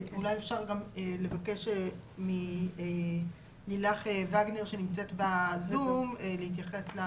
אולי אפשר לבקש מלילך וגנר שנמצאת ב-זום להתייחס לכץ.